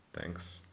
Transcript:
Thanks